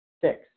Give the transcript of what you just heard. Six